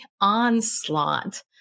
onslaught